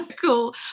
cool